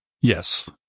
Yes